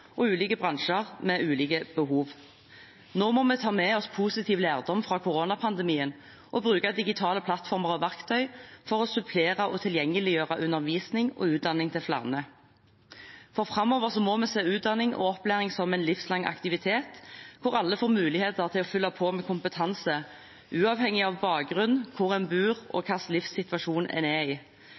og ulike bransjer med ulike behov. Nå må vi ta med oss positiv lærdom fra koronapandemien og bruke digitale plattformer og verktøy for å supplere og tilgjengeliggjøre undervisning og utdanning til flere. For framover må vi se utdanning og opplæring som en livslang aktivitet, hvor alle får mulighet til å fylle på med kompetanse, uavhengig av bakgrunn, hvor en bor, og hvilken livssituasjon en er i.